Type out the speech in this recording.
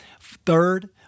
Third